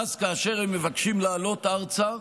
ואז כאשר הם מבקשים לעלות ארצה,